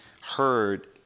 heard